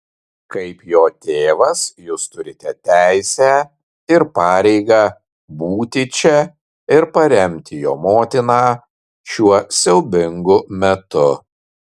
kaip jo tėvas jūs turite teisę ir pareigą būti čia ir paremti jo motiną šiuo siaubingu metu